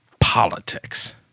Politics